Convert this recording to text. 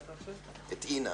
לצאת להתראיין.